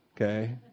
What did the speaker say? okay